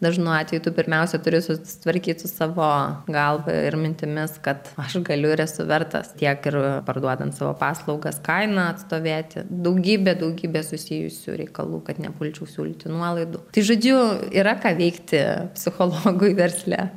dažnu atveju tu pirmiausia turi susitvarkyt su savo galva ir mintimis kad aš galiu ir esu vertas tiek ir parduodant savo paslaugas kainą atstovėti daugybė daugybė susijusių reikalų kad nepulčiau siūlyti nuolaidų tai žodžiu yra ką veikti psichologui versle